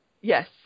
Yes